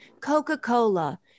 coca-cola